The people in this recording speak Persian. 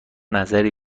نظری